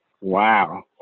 Wow